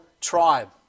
tribe